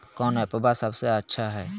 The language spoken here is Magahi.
कौन एप्पबा सबसे अच्छा हय?